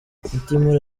mutimura